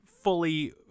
fully